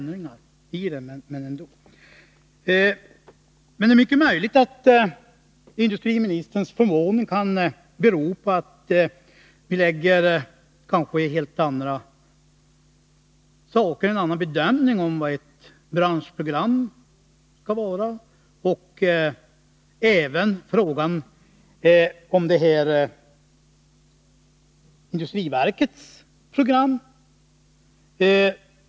Det är möjligt att industriministerns förvåning beror på att vi har helt olika bedömningar av vad ett branschprogram skall vara och av industriverkets program.